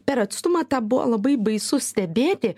per atstumą tą buvo labai baisu stebėti